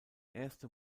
erste